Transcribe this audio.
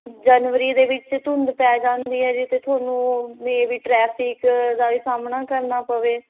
ਜਨਵਰੀ ਦੇ ਵਿੱਚ ਧੁੰਦ ਪੈ ਜਾਂਦੀ ਹੈ ਜੀ ਅਤੇ ਤੁਹਾਨੂੰ ਮੇ ਬੀ ਟਰੈਫਿਕ ਦਾ ਵੀ ਸਾਹਮਣਾ ਕਰਨਾ ਪਵੇ